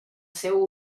seu